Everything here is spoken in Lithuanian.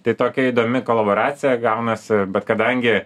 tai tokia įdomi kolaboracija gaunasi bet kadangi